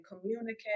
communicate